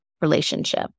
relationship